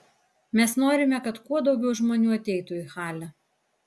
mes norime kad kuo daugiau žmonių ateitų į halę